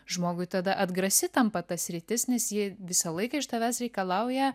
žmogui tada atgrasi tampa ta sritis nes ji visą laiką iš tavęs reikalauja